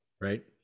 Right